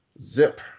zip